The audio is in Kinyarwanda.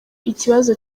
ikibazo